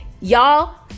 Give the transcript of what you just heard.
Y'all